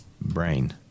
brain